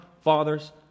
Father's